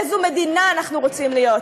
איזו מדינה אנחנו רוצים להיות.